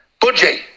Budgie